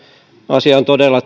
asia on todella